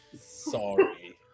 Sorry